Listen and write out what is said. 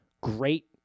Great